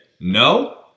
No